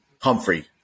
Humphrey